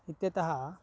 इत्यतः